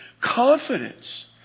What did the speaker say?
confidence